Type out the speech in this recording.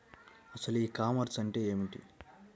అసలు e commerce అంటే ఏమిటి?